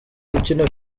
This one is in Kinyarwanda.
ukina